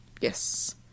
Yes